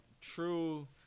true